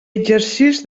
exercix